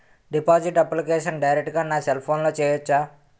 Deposit application direct గా నా cell ఫోన్లో చెయ్యచా?